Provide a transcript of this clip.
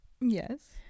yes